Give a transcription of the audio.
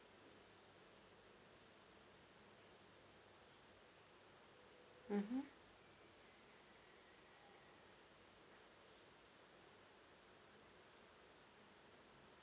mmhmm